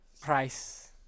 price